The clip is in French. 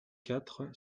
quatre